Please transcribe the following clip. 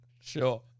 Sure